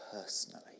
personally